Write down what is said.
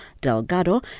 Delgado